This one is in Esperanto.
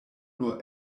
nur